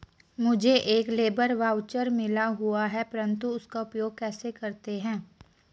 मुझे एक labour voucher मिला हुआ है परंतु उसका उपयोग कैसे करते हैं?